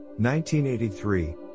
1983